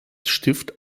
stift